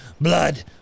blood